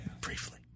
Briefly